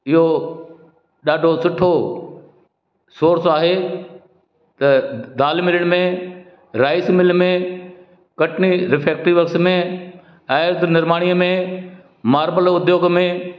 इहो ॾाढो सुठो सोर्स आहे त दाल मिल में राइस मिल में कटनी रिफैक्ट्री वर्क्स में आयत निर्माणीअ में मारबल उद्दयोग में